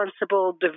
responsible